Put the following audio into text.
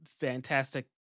Fantastic